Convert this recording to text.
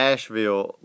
Asheville